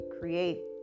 create